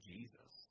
Jesus